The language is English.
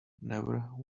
never